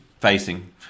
facing